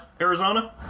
arizona